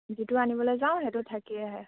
যিটো আনিবলে যাওঁ সেইটো থাকি আহে